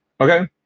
Okay